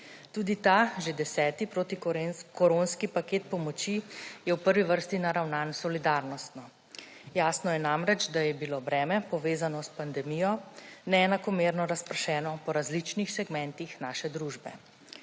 Tudi ta že 10. protikoronski paket pomoči je v prvi vrsti naravnan solidarnostno. Jasno je namreč, da je bilo breme, povezano s pandemijo, neenakomerno razpršeno po različnih segmentih naše družbe.